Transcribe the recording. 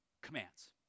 commands